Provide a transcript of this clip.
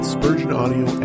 SpurgeonAudio